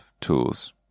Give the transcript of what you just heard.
tools